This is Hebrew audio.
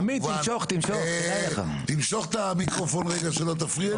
עמית, תמשוך, תמשוך, כדאי לך.